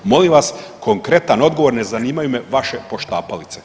Molim vas konkretan odgovor, ne zanimaju me vaše poštapalice.